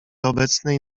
obecnej